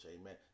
amen